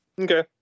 Okay